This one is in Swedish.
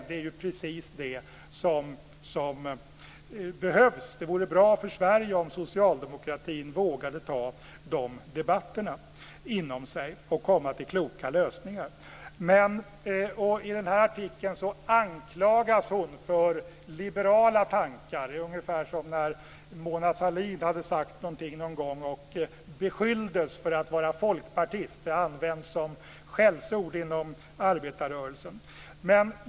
Vad hon säger är precis vad som behövs. Det vore bra för Sverige om socialdemokratin vågade ta de debatterna inom sig och komma till kloka lösningar. I artikeln anklagas Annika Åhnberg för liberala tankar. Det är ungefär som när Mona Sahlin någon gång hade sagt något och beskylldes för att vara folkpartist. Det används som skällsord inom arbetarrörelsen.